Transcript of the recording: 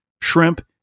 shrimp